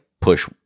push